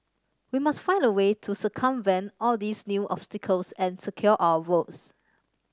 we must find a way to circumvent all these new obstacles and secure our votes